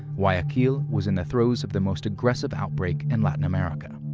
guayaquil was in the throes of the most aggressive outbreak in latin america.